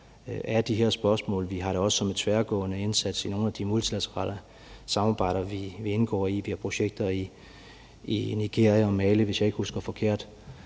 af de her spørgsmål. Vi har det også som en tværgående indsats i nogle af de multilaterale samarbejder, vi indgår i. Vi har projekter i Nigeria og Mali, hvis jeg ikke husker forkert.